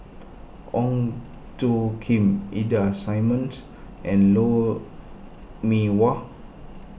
Ong Tjoe Kim Ida Simmons and Lou Mee Wah